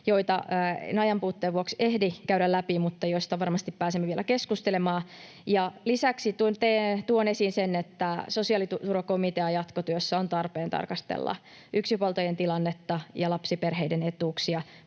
joita en ajanpuutteen vuoksi ehdi käymään läpi mutta joista varmasti pääsemme vielä keskustelemaan. Lisäksi tuon esiin sen, että sosiaaliturvakomitean jatkotyössä on tarpeen tarkastella yksinhuoltajien tilannetta ja lapsiperheiden etuuksia,